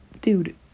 dude